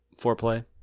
Foreplay